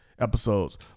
episodes